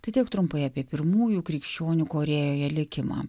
tai tiek trumpai apie pirmųjų krikščionių korėjoje likimą